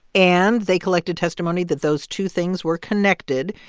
and they collected testimony that those two things were connected.